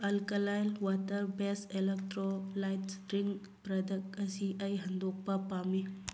alkaline water base electrolyte drink product ꯑꯁꯤ ꯑꯩ ꯍꯟꯗꯣꯛꯄ ꯄꯥꯝꯃꯤ